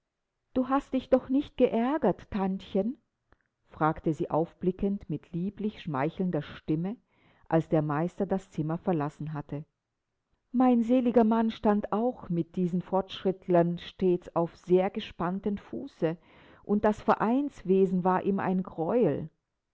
du hast dich doch nicht geärgert tantchen fragte sie aufblickend mit lieblich schmeichelnder stimme als der meister das zimmer verlassen hatte mein seliger mann stand auch mit diesen fortschrittlern stets auf sehr gespanntem fuße und das vereinswesen war ihm ein greuel